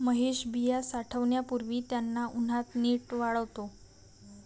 महेश बिया साठवण्यापूर्वी त्यांना उन्हात नीट वाळवतो